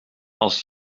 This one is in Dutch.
als